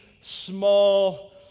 small